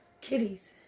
Kitties